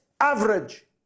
average